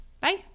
Bye